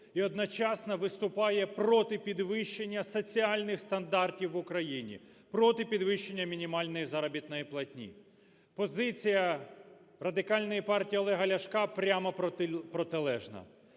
І одночасно виступає проти підвищення соціальних стандартів в Україні, проти підвищення мінімальної заробітної платні. Позиція Радикальної партії Олега Ляшка прямо протилежна.